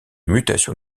mutation